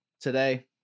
Today